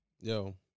Yo